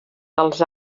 dels